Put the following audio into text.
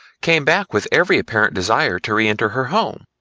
came back with every apparent desire to reenter her home,